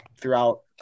throughout